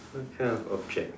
what kind of object